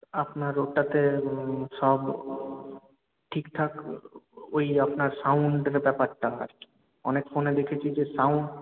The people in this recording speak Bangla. আপনার ওটাতে সব ঠিকঠাক ওই আপনার সাউন্ডের ব্যাপারটা আর কি অনেক ফোনে দেখেছি যে সাউন্ড